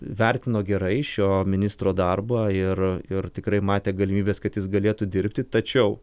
vertino gerai šio ministro darbą ir ir tikrai matė galimybes kad jis galėtų dirbti tačiau